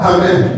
Amen